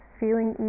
feeling